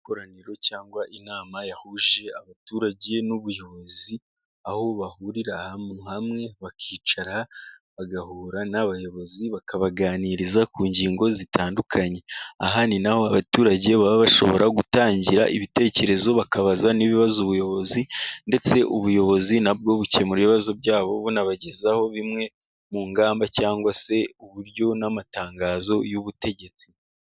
Ikoraniro cyangwa inama yahuje abaturage n'ubuyobozi aho bahurira ahantu hamwe bakicara bagahura n'abayobozi, bakabaganiriza ku ngingo zitandukanye aha ni n'aho abaturage baba bashobora gutangira ibitekerezo bakabaza n'ibibazo ubuyobozi, ndetse ubuyobozi na bwo bukemura ibibazo byabo bunabagezaho bimwe mu ngamba, cyangwa se uburyo n'amatangazo y'ubutegetsi.